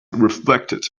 reflected